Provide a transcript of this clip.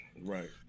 right